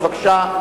בבקשה.